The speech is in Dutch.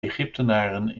egyptenaren